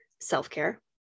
self-care